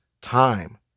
time